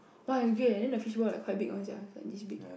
!wah! it's great then the fish ball like quite big one sia like this big